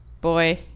boy